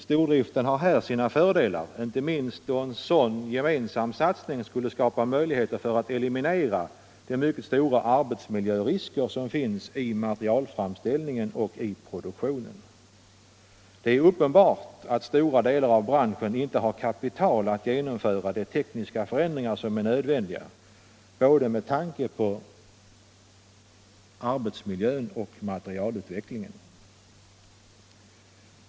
Stordriften har här sina fördelar, inte minst då en sådan gemensam satsning skulle skapa möjligheter att eliminera de mycket stora arbetsmiljörisker som finns i materialframställningen och produktionen. Det är uppenbart att stora delar av branschen inte har kapital att genomföra de tekniska förändringar som är nödvändiga med tanke på både arbetsmiljön och materialutvecklingen.